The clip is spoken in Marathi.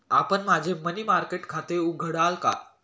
आपण माझे मनी मार्केट खाते उघडाल का?